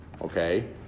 okay